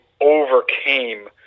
overcame